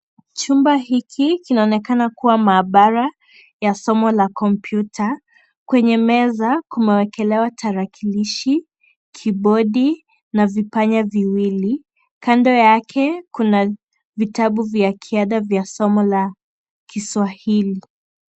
Chumba hiki kinaonekana kuwa maabara ya somo la kompyuta. Kwenye meza kumewekelewa tarakilishi, kibodi na vipanya viwili. Kando yake kuna vitabu vya kiada vya somo la Kiswahili.